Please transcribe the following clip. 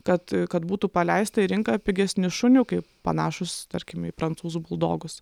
kad kad būtų paleista į rinką pigesni šuniukai panašūs tarkim į prancūzų buldogus